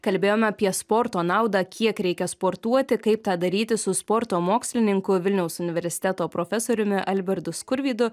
kalbėjome apie sporto naudą kiek reikia sportuoti kaip tą daryti su sporto mokslininku vilniaus universiteto profesoriumi albertu skurvydu